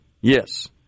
yes